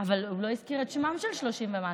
אבל הוא לא הזכיר את שמם של 30 ומשהו.